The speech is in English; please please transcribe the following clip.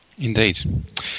Indeed